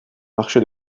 marché